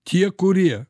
tie kurie